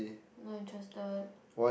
not interested